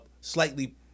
slightly